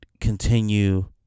continue